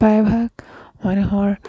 প্ৰায়ভাগ মানুহৰ